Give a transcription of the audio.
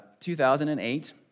2008